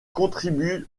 contribue